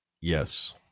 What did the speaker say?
Yes